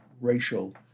racial